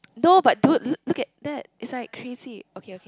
no but dude look look at that it's like crazy okay okay